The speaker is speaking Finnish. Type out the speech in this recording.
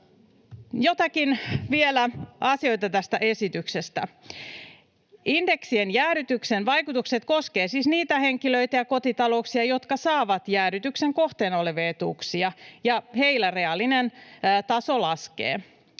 Joitakin asioita vielä tästä esityksestä: Indeksien jäädytyksen vaikutukset koskevat siis niitä henkilöitä ja kotitalouksia, jotka saavat jäädytyksen kohteena olevia etuuksia, ja heillä reaalinen taso laskee.